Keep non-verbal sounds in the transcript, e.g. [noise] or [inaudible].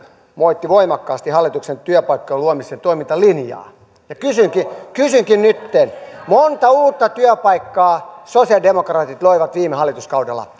moittivat voimakkaasti hallituksen työpaikkojen luomisen toimintalinjaa kysynkin kysynkin nytten montako uutta työpaikkaa sosialidemokraatit loivat viime hallituskaudella [unintelligible]